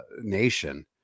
nation